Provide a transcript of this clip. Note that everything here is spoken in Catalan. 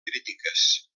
crítiques